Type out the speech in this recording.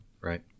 Right